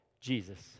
Jesus